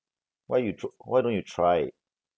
why you tr~ why don't you try